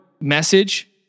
message